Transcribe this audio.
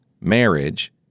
marriage